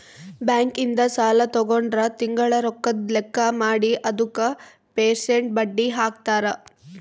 bank ಇಂದ ಸಾಲ ತಗೊಂಡ್ರ ತಿಂಗಳ ರೊಕ್ಕದ್ ಲೆಕ್ಕ ಮಾಡಿ ಅದುಕ ಪೆರ್ಸೆಂಟ್ ಬಡ್ಡಿ ಹಾಕ್ತರ